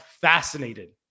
fascinated